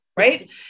Right